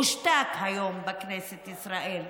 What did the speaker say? הושתק היום בכנסת ישראל.